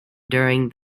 during